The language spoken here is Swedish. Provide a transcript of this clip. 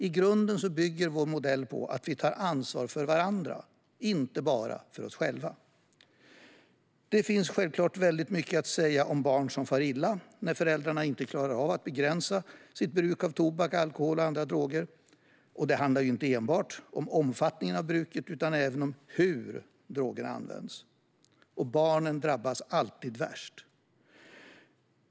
I grunden bygger modellen på att vi tar ansvar för varandra, inte bara för oss själva. Det finns självklart mycket att säga om barn som far illa när föräldrarna inte klarar att begränsa sitt bruk av tobak, alkohol eller andra droger. Det handlar inte enbart om omfattningen av bruket utan även om hur drogerna används. Barnen drabbas alltid värst.